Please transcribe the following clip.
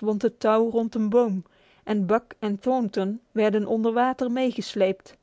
wond het touw om een boom en buck en thornton werden onder water meegesleept